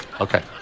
Okay